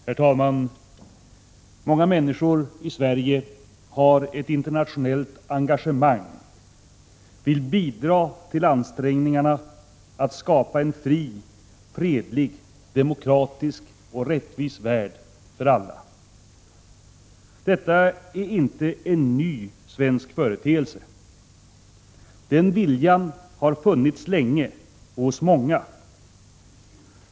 Herr talman! Många människor i Sverige har ett internationellt engagemang -— vill bidra till ansträngningarna att skapa en fri, fredlig, demokratisk och rättvis värld för alla. Detta är inte en ny svensk företeelse. Denna vilja har funnits länge och hos många.